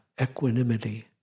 equanimity